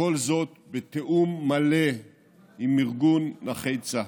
וכל זאת בתיאום מלא עם ארגון נכי צה"ל.